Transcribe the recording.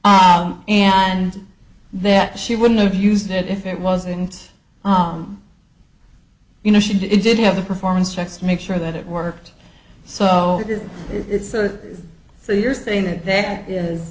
and that she wouldn't have used it if it wasn't you know she didn't have the performance checks make sure that it worked so it's that so you're saying that that is